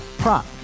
prop